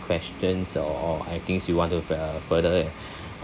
questions or or any things you want to fur~ uh further